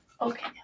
Okay